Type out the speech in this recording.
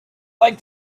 like